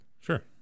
Sure